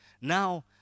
Now